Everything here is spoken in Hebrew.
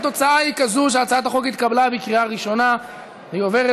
התוצאה היא כזאת שהצעת החוק התקבלה בקריאה ראשונה והיא עוברת,